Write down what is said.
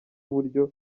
uburyo